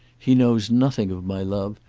he knows nothing of my love,